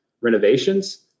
renovations